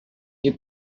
you